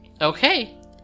okay